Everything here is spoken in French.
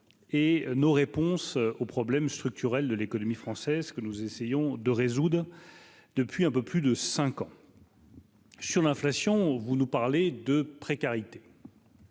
et nos réponses aux problèmes structurels de l'économie française que nous essayons de résoudre depuis un peu plus de 5 ans. Sur l'inflation ou vous nous parlez de précarité.